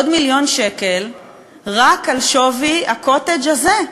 עוד מיליון שקל רק על שווי הקוטג' הזה.